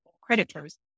creditors